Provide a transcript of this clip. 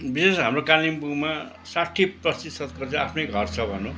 विशेष हाम्रो कालिम्पोङमा साठी प्रतिसतको चाहिँ आफ्नै घर छ भनौँ